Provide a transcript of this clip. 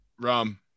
Rum